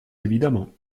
évidemment